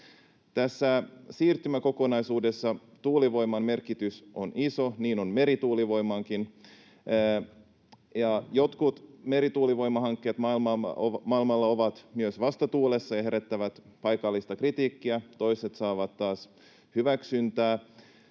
siirtymäkokonaisuudessa tuulivoiman merkitys on iso — niin on merituulivoimankin. Jotkut merituulivoimahankkeet maailmalla ovat myös vastatuulessa ja herättävät paikallista kritiikkiä, toiset taas saavat hyväksyntää.